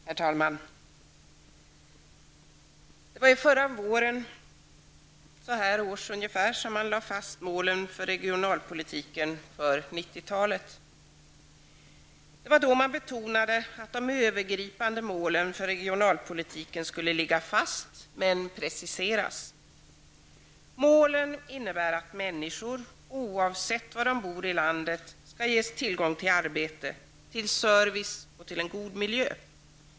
Herr talman! Det var ungefär vid den här tiden förra våren som man lade fast målen för regionalpolitiken för 90-talet. Man betonade att de övergripande målen för regionalpolitiken skulle ligga fast men preciseras. Målen innebär att människor -- oavsett var de bor i landet -- skall ges tillgång till arbete, till service och till en god miljö.